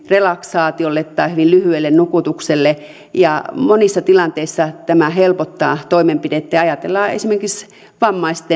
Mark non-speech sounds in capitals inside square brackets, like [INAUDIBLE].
relaksaatiolla tai hyvin lyhyellä nukutuksella ja monissa tilanteissa tämä helpottaa toimenpidettä ja jos ajatellaan esimerkiksi vammaisia [UNINTELLIGIBLE]